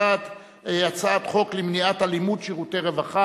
אני קובע שהצעת החוק, חוק לתיקון פקודת סדרי שלטון